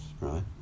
right